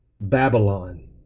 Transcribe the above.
Babylon